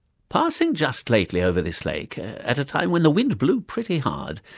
passing just lately over this lake, at a time when the wind blew pretty hard,